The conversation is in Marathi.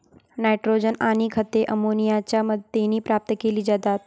नायट्रोजन आणि खते अमोनियाच्या मदतीने प्राप्त केली जातात